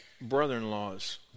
brother-in-law's